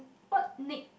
what nick